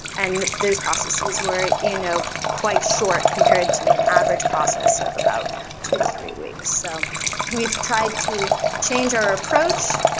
and those processes were you know quite short compared to an average process of about two to three weeks. so we've tried to change our approach.